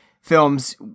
films